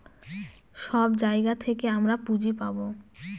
সব জায়গা থেকে আমরা পুঁজি পাবো